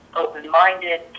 open-minded